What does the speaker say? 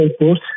airport